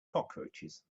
cockroaches